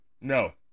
no